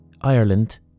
Ireland